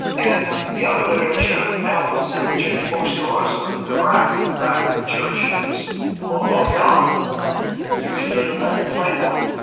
and in the other literature, the pamphlets in the church book stores or in the rack at the back of the church, it was all about god, and usually in a lenten framework.